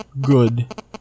good